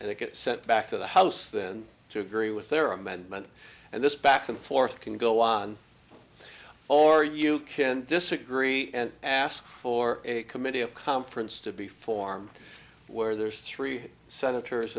and it gets sent back to the house then to agree with their amendment and this back and forth can go on or you can disagree and ask for a committee of conference to be formed where there's three senators